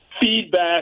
feedback